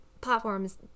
platforms